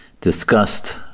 discussed